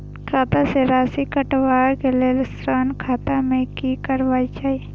खाता स राशि कटवा कै लेल ऋण खाता में की करवा चाही?